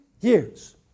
years